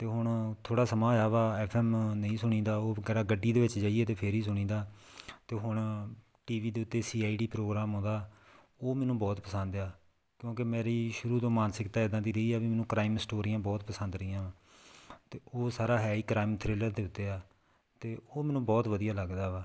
ਅਤੇ ਹੁਣ ਥੋੜ੍ਹਾਂ ਸਮਾਂ ਹੋਇਆ ਵਾ ਐੱਫ ਐੱਮ ਨਹੀਂ ਸੁਣੀਦਾ ਉਹ ਗੈਰਾ ਗੱਡੀ ਦੇ ਵਿੱਚ ਜਾਈਏ ਅਤੇ ਫਿਰ ਹੀ ਸੁਣੀਦਾ ਅਤੇ ਹੁਣ ਟੀਵੀ ਦੇ ਉੱਤੇ ਸੀ ਆਈਡੀ ਪ੍ਰੋਗਰਾਮ ਆਉਂਦਾ ਉਹ ਮੈਨੂੰ ਬਹੁਤ ਪਸੰਦ ਆ ਕਿਉਂਕਿ ਮੇਰੀ ਸ਼ੁਰੂ ਤੋਂ ਮਾਨਸਿਕਤਾ ਇੱਦਾਂ ਦੀ ਰਹੀ ਏ ਵੀ ਮੈਨੂੰ ਕ੍ਰਾਈਮ ਸਟੋਰੀਆਂ ਬਹੁਤ ਪਸੰਦ ਰਹੀਆਂ ਅਤੇ ਉਹ ਸਾਰਾ ਹੈ ਹੀ ਕ੍ਰਾਈਮ ਥਰੀਲਰ ਦੇ ਉੱਤੇ ਆ ਅਤੇ ਉਹ ਮੈਨੂੰ ਬਹੁਤ ਵਧੀਆ ਲੱਗਦਾ ਵਾ